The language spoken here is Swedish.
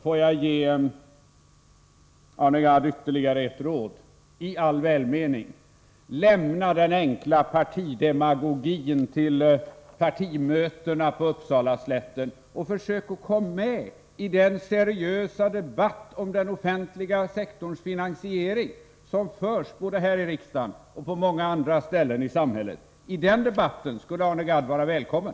Får jag ge Arne Gadd ytterligare ett råd i all välmening: Lämna den enkla partidemagogin till partimötena på Uppsalaslätten och försök komma med i den seriösa debatt om den offentliga sektorns finansiering som förs både här i riksdagen och på många andra ställen i samhället! I den debatten skulle Arne Gadd vara välkommen.